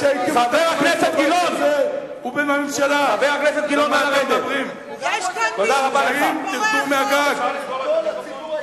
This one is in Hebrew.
והם לא ערבים, מה עם גלעד שליט?